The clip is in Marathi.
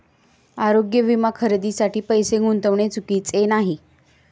आरोग्य विमा खरेदीसाठी पैसे गुंतविणे चुकीचे नाही